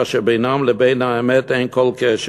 כאשר בין זה לבין האמת אין כל קשר.